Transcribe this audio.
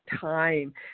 time